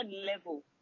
level